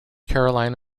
carolina